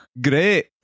great